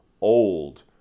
old